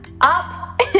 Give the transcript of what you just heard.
up